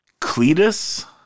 Cletus